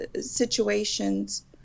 situations